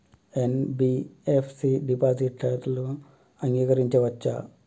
NBFC డిపాజిట్లను అంగీకరించవచ్చా?